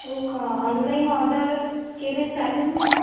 हो का online order केली चालेल ना